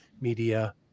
Media